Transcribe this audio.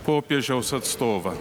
popiežiaus atstovą